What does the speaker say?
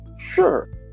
sure